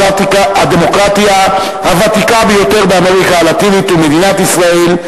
הדמוקרטיה הוותיקה ביותר באמריקה הלטינית ומדינת ישראל,